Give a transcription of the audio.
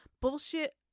bullshit